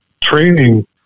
training